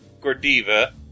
Gordiva